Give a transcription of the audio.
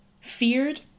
feared